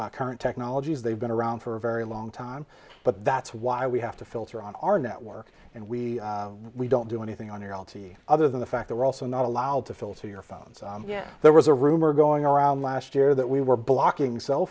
to current technologies they've been around for a very long time but that's why we have to filter on our network and we we don't do anything on l t other than the fact that we're also not allowed to filter your phone yeah there was a rumor going around last year that we were blocking cell